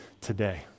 today